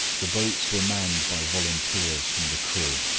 the boats were manned by volunteers from the crew,